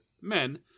men